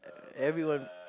everyone